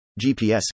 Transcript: GPS